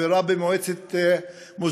שחברה במוסדות מועצת האו"ם,